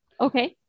Okay